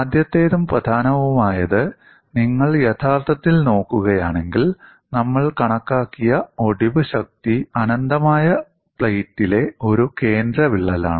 ആദ്യത്തേതും പ്രധാനവുമായത് നിങ്ങൾ യഥാർത്ഥത്തിൽ നോക്കുകയാണെങ്കിൽ നമ്മൾ കണക്കാക്കിയ ഒടിവ് ശക്തി അനന്തമായ പ്ലേറ്റിലെ ഒരു കേന്ദ്ര വിള്ളലാണ്